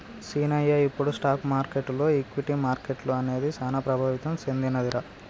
సీనయ్య ఇప్పుడు స్టాక్ మార్కెటులో ఈక్విటీ మార్కెట్లు అనేది సాన ప్రభావితం సెందినదిరా